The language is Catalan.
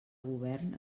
govern